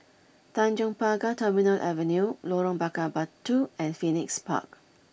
Tanjong Pagar Terminal Avenue Lorong Bakar Batu and Phoenix Park